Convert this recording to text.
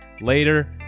later